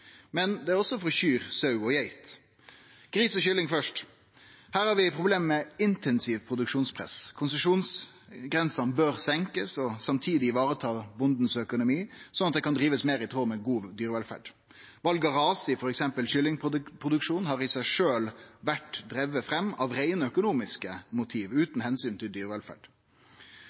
også for kyr, sau og geit. Gris og kylling fyrst: Her har vi problem med intensivt produksjonspress. Konsesjonsgrensene bør senkast, samtidig som ein må vareta bondens økonomi, slik at det kan drivast meir i tråd med god dyrevelferd. Val av rase i f.eks. kyllingproduksjonen har i seg sjølv blitt drive fram av reine økonomiske motiv, utan omsyn til dyrevelferd.